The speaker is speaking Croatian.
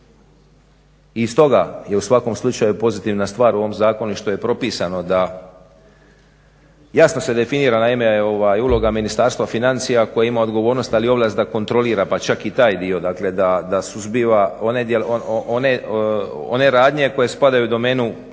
i stoga je u svakom slučaju pozitivna stvar u ovom zakonu što je propisano da jasno se definira naime uloga Ministarstva financija koje ima odgovornost ali i ovlast da kontrolira pa čak i taj dio. Dakle, da suzbija one radnje koje spadaju u domenu